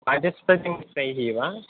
वाचस्पतिमिश्रैः वा